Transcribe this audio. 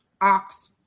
ox